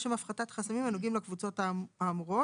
לשם הפחתת חסמים הנוגעים לקבוצות האמורות.